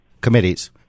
Committees